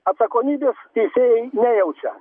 atsakomybės teisėjai nejaučia